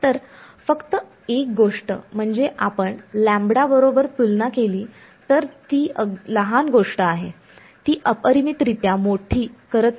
तर फक्त एक गोष्ट म्हणजे आपण लॅम्बडा बरोबर तुलना केली तर ती लहान गोष्ट आहे ती अपरिमित रित्या मोठी करत नाही